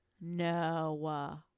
No